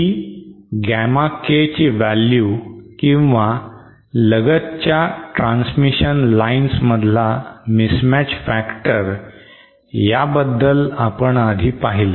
ही gamma के ची value किंवा लगतच्या ट्रान्समिशन लाइन्समधला मिसमॅच फॅक्टर ह्याबद्दल आपण आधी पाहिलं